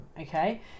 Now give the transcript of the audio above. okay